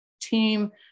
team